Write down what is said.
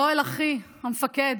יואל אחי, המפקד.